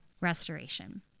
restoration